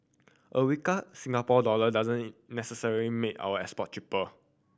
a weaker Singapore dollar doesn't necessarily make our export cheaper